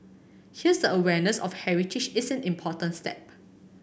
here the awareness of heritage is an important step